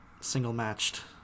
single-matched